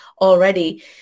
already